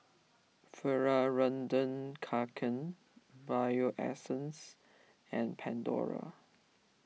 Fjallraven Kanken Bio Essence and Pandora